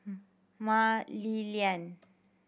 Mah Li Lian